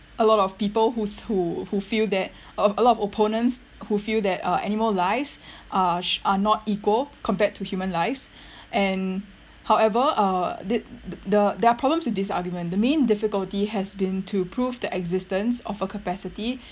a lot of people whose who who feel that a a lot of opponents who feel that uh animal lives are are not equal compared to human life's and however uh th~ the there are problems with this argument the main difficulty has been to prove the existence of a capacity